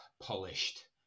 polished